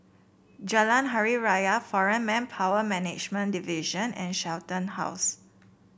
Jalan Hari Raya Foreign Manpower Management Division and Shenton House